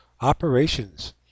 operations